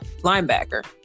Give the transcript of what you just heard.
linebacker